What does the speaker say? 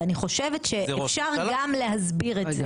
ואני חושבת שאפשר גם להסביר את זה.